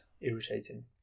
Irritating